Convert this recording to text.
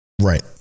right